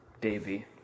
Davey